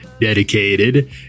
dedicated